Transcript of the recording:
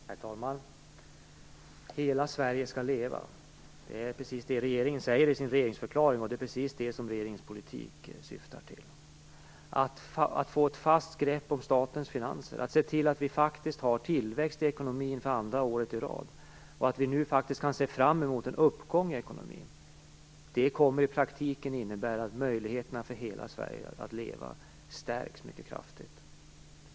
Herr talman! Hela Sverige skall leva - det är precis vad regeringen säger i sin regeringsförklaring. Det är också just det som regeringens politik syftar till. Detta med att få ett fast grepp om statens finanser, att se till att vi faktiskt har tillväxt i ekonomin för andra året i rad och att vi nu faktiskt kan se fram emot en uppgång i ekonomin kommer i praktiken att innebära att möjligheterna för hela Sverige att leva stärks mycket kraftigt.